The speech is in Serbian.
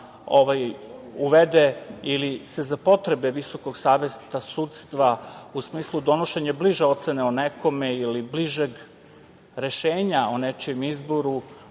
uvede ili se za potrebe Visokog saveta sudstva u smislu donošenja bliže ocene o nekome ili bližeg rešenja o nečijem izboru